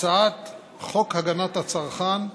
הצעת חוק הגנת הצרכן (תיקון,